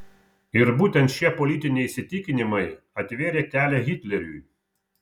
ir būtent šie politiniai įsitikinimai atvėrė kelią hitleriui